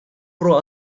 про